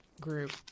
group